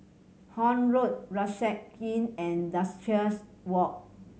Horne Road Rucksack Inn and Duchess Walk